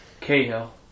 Cahill